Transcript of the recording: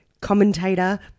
commentator